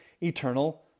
eternal